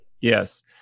yes